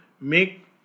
make